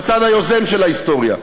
בצד היוזם של ההיסטוריה,